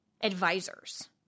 advisors